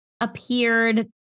appeared